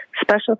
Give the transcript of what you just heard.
Special